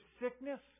sickness